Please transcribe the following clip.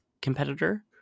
competitor